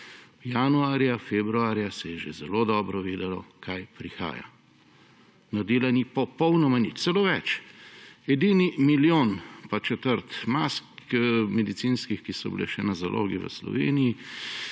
Januarja, februarja se je že zelo dobro vedelo, kaj prihaja. Naredila ni popolnoma nič. Celo več, edini milijon pa četrt medicinskih mask, ki so bile še na zalogi v Sloveniji,